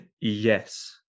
Yes